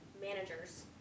managers